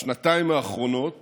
בשנתיים האחרונות